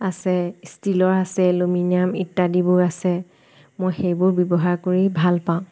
আছে ষ্টিলৰ আছে এলুমিনিয়াম ইত্যাদিবোৰ আছে মই সেইবোৰ ব্যৱহাৰ কৰি ভাল পাওঁ